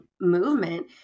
movement